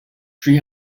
three